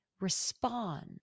respond